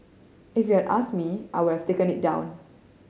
if you had asked me I would have taken it down